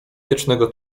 wiecznego